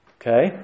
Okay